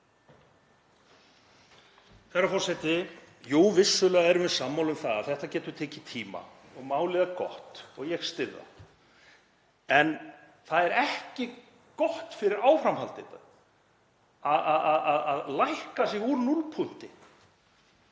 Herra forseti. Jú, vissulega erum við sammála um að þetta getur tekið tíma og málið er gott og ég styð það. En það er ekki gott fyrir áframhaldið að lækka sig úr núllpunkti.